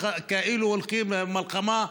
כאילו הולכים למלחמה,